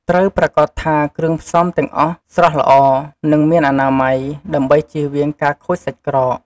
ត្រូវប្រាកដថាគ្រឿងផ្សំទាំងអស់ស្រស់ល្អ និងមានអនាម័យ ដើម្បីចៀសវាងការខូចសាច់ក្រក។